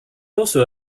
also